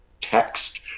text